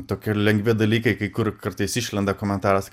tokie lengvi dalykai kai kur kartais išlenda komentaras